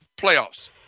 playoffs